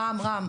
רם, רם.